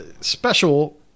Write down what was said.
Special